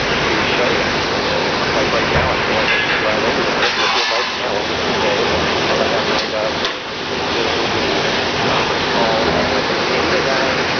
to show that and like, right now, i feel like i should drive over there and look at my calendar for the day and all the meetings i have lined up and zoom and conference calls. and i'm like, is any of that?